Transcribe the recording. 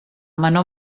menor